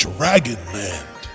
Dragonland